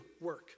work